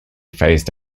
phased